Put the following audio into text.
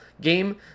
game